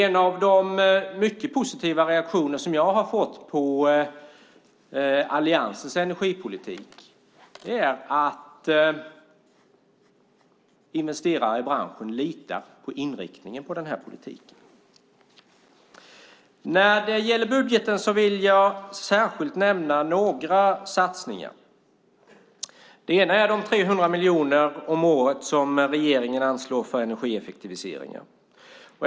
En av de mycket positiva reaktioner som jag har fått på alliansens energipolitik är att investerare i branschen litar på inriktningen på den här politiken. När det gäller budgeten vill jag särskilt nämna några satsningar. Den ena är de 300 miljoner om året som regeringen satsar på energieffektiviseringar.